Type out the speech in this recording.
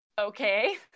okay